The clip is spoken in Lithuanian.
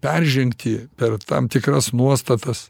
peržengti per tam tikras nuostatas